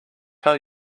tell